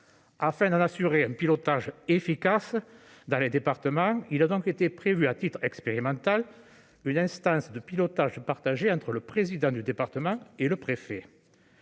Afin d'en assurer un pilotage efficace dans les départements, il a donc été prévu, à titre expérimental, une instance de pilotage partagé entre le président du conseil départemental et le préfet.